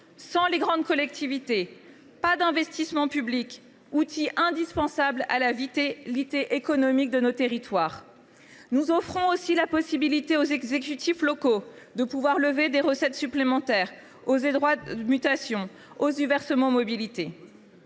Sans les grandes collectivités, pas d’investissement public, outil indispensable à la vitalité économique de nos territoires. Nous offrons aussi la possibilité aux exécutifs locaux de lever des recettes supplémentaires, au travers de la hausse des droits